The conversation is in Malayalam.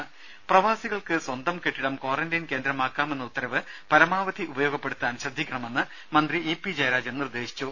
ദ്ദേ പ്രവാസികൾക്ക് സ്വന്തം കെട്ടിടം ക്വാറന്റൈൻ കേന്ദ്രമാക്കാമെന്ന ഉത്തരവ് പരമാവധി ഉപയോഗപ്പെടുത്താൻ ശ്രദ്ധിക്കണമെന്ന് മന്ത്രി ഇ പി ജയരാജൻ നിർദേശിച്ചു